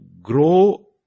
grow